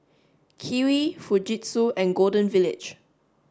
Kiwi Fujitsu and Golden Village